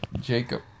Jacob